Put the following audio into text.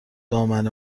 دامن